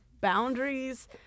boundaries